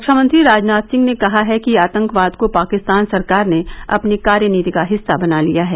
रक्षामंत्री राजनाथ सिंह ने कहा है कि आतंकवाद को पाकिस्तान सरकार ने अपनी कार्यनीति का हिस्सा बना लिया है